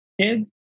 kids